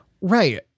Right